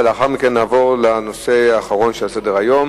ולאחר מכן נעבור לנושא האחרון שעל סדר-היום.